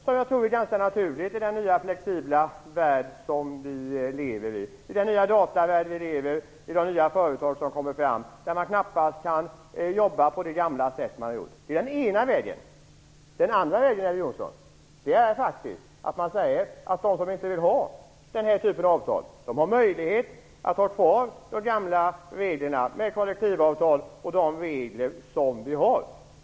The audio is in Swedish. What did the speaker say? Detta tror jag är ganska naturligt i den nya, flexibla värld som vi lever i, i den nya datavärlden och i de nya företag som kommer fram där man knappast kan jobba på det gamla sättet. Det är den ena vägen. Den andra vägen, Elver Jonsson, är att man säger att de som inte vill ha den här typen av avtal har möjlighet att ha kvar det gamla systemet med kollektivavtal och andra regler som vi har.